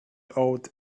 owed